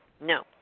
No